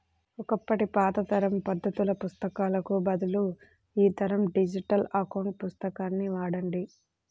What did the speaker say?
ఒకప్పటి పాత తరం పద్దుల పుస్తకాలకు బదులు ఈ తరం డిజిటల్ అకౌంట్ పుస్తకాన్ని వాడండి